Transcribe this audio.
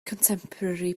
contemporary